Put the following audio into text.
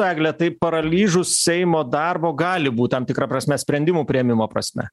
egle tai paralyžius seimo darbo gali būt tam tikra prasme sprendimų priėmimo prasme